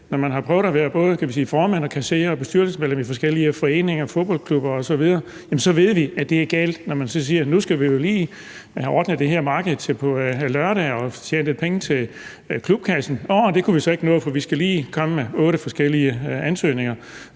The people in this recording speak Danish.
Når man har prøvet at være både formand og kasserer og bestyrelsesmedlem i forskellige foreninger, fodboldklubber osv., så ved vi, at det er galt, når man så siger, at nu skal vi jo lige have ordnet det her marked til på lørdag og tjene lidt penge til klubkassen – nå, det kunne vi så ikke nå, for vi skal lige komme med otte forskellige ansøgninger.